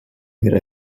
where